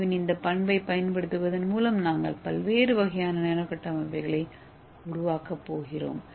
ஏவின் இந்த பண்பை பயன்படுத்துவதன் மூலம் நாங்கள் பல்வேறு வகையான நானோ கட்டமைப்புகளை உருவாக்கப் போகிறோம்